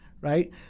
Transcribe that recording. right